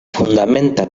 fundamenta